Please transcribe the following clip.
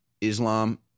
Islam